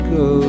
go